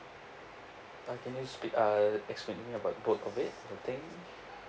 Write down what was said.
uh can you speak uh explain to me about both of it that thing